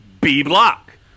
B-Block